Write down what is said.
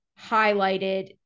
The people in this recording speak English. highlighted